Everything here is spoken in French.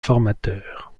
formateur